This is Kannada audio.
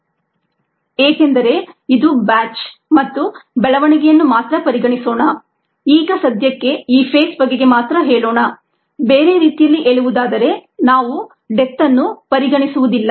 ri rorg rcddt ಏಕೆಂದರೆ ಇದು ಬ್ಯಾಚ್ ಮತ್ತು ಬೆಳವಣಿಗೆಯನ್ನು ಮಾತ್ರ ಪರಿಗಣಿಸೋಣ ಈಗ ಸದ್ಯಕ್ಕೆ ಈ ಫೇಸ್ ಬಗೆಗೆ ಮಾತ್ರ ಹೇಳೋಣ ಬೇರೆ ರೀತಿಯಲ್ಲಿ ಹೇಳುವುದಾದರೆ ನಾವು ಡೆತ್ ಅನ್ನು ಪರಿಗಣಿಸುವುದಿಲ್ಲ